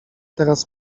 teraz